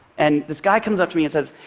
and this guy comes up to me and says,